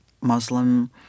Muslim